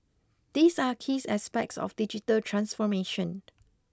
these are keys aspects of digital transformation